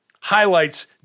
highlights